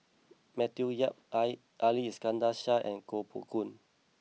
Matthew Yap Ali Iskandar Shah and Koh Poh Koon